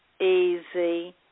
easy